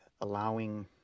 allowing